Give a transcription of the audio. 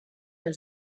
els